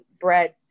breads